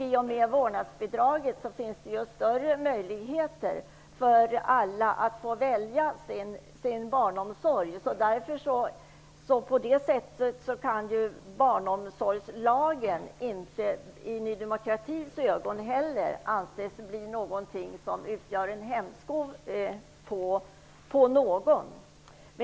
I och med vårdnadsbidraget finns det större möjligheter för alla att få välja sin barnomsorg. På det sättet kan barnomsorgslagen inte heller i Ny demokratis ögon utgöra en hämsko på någon.